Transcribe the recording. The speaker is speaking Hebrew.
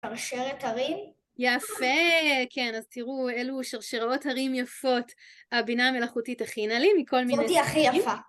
שרשרת הרים. יפה, כן, אז תראו, אלו שרשרות הרים יפות. הבינה המלאכותית הכינה לי מכל מיני... זאתי הכי יפה.